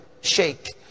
shake